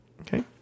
Okay